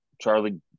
Charlie